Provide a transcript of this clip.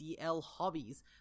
DLHobbies